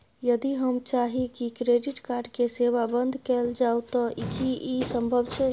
यदि हम चाही की क्रेडिट कार्ड के सेवा बंद कैल जाऊ त की इ संभव छै?